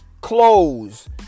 clothes